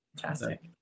Fantastic